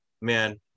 man